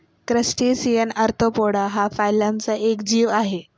crustacean arthropoda हा फायलमचा एक जीव आहे